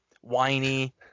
whiny